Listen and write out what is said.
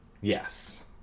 yes